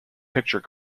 picture